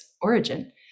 origin